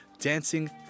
Dancing